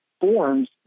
forms